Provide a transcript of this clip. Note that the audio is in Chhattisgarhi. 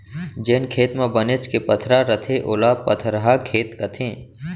जेन खेत म बनेच के पथरा रथे ओला पथरहा खेत कथें